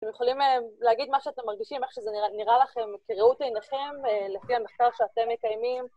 אתם יכולים להגיד מה שאתם מרגישים, איך שזה נראה לכם, כראות עיניכם, לפי המחקר שאתם מקיימים.